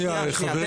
חברים.